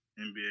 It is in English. NBA